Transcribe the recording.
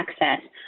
access